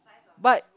but